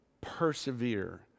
persevere